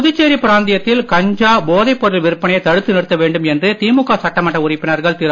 புதுச்சேரி பிராந்தியத்தில் கஞ்சா போதை பொருள் விற்பனையை தடுத்து நிறுத்த வேண்டும் என்று திமுக சட்டமன்ற உறுப்பினர்கள் திரு